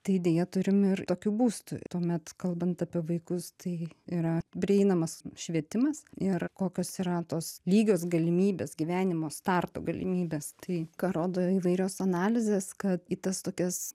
tai deja turim ir tokių būstų tuomet kalbant apie vaikus tai yra prieinamas švietimas ir kokios yra tos lygios galimybės gyvenimo starto galimybės tai ką rodo įvairios analizės kad į tas tokias